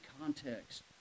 context